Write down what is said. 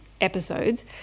episodes